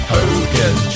Hogan